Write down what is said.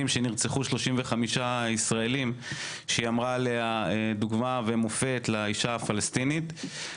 כשנרצחו 35 ישראלים "דוגמה ומופת לאישה הפלסטינית".